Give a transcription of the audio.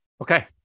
Okay